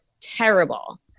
terrible